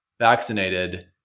vaccinated